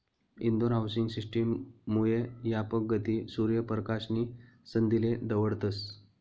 Indore housing system मुये यापक गती, सूर्य परकाश नी संधीले दवडतस